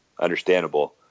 understandable